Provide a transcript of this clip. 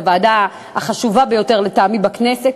הוועדה החשובה ביותר לטעמי בכנסת.